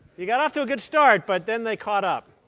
you got off to a good start, but then they caught up.